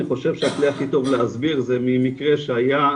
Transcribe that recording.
אני חושב שהכי טוב להסביר זה ממקרה שהיה,